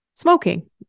Smoking